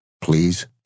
please